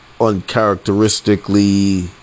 uncharacteristically –